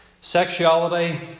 sexuality